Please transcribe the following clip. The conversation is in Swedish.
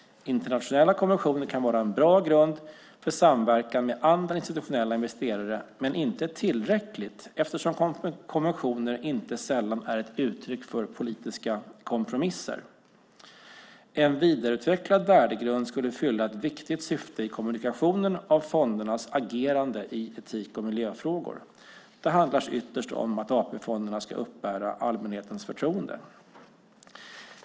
Internationella konventioner kan vara en bra grund för samverkan med andra institutionella investerare men inte tillräckligt, eftersom konventioner inte sällan är ett uttryck för politiska kompromisser. En vidareutvecklad värdegrund skulle fylla ett viktigt syfte i kommunikationen av fondernas agerande i etik och miljöfrågor. Det handlar ytterst om att AP-fonderna ska uppbära allmänhetens förtroende.